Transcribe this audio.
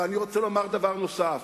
אבל אני רוצה לומר דבר נוסף,